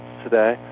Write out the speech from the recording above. today